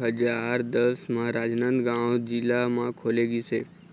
हजार दस म राजनांदगांव जिला म खोले गिस हे